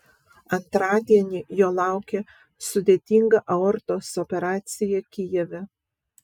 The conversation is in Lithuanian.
antradienį jo laukė sudėtinga aortos operacija kijeve